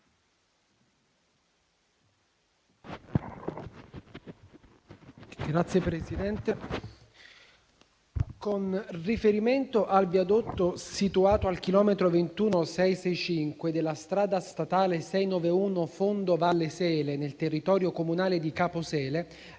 Signor Presidente, con riferimento al viadotto situato al chilometro 21,665 della strada statale 691 Fondo Valle Sele, nel territorio comunale di Caposele,